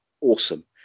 awesome